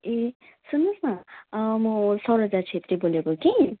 ए सुन्नु होस् न म सरोजा छेत्री बोलेको कि